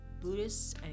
Buddhists